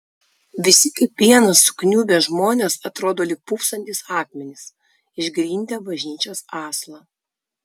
visi kaip vienas sukniubę žmonės atrodo lyg pūpsantys akmenys išgrindę bažnyčios aslą